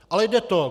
Ale jde to.